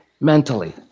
mentally